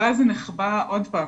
אבל אז הוא נכבה עוד פעם.